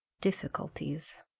difficulties.